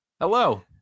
Hello